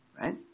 right